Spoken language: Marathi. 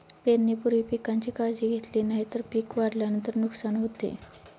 पेरणीपूर्वी पिकांची काळजी घेतली नाही तर पिक वाढल्यानंतर नुकसान होते